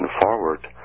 forward